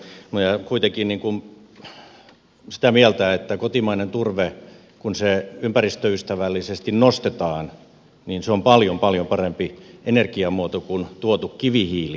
minä olen kuitenkin sitä mieltä että kotimainen turve kun se ympäristöystävällisesti nostetaan on paljon paljon parempi energiamuoto kuin tuotu kivihiili